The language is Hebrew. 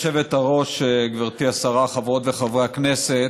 גברתי היושבת-ראש, גברתי השרה, חברות וחברי הכנסת,